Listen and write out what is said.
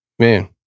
Man